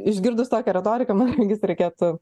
išgirdus tokią retoriką man regis reikėtų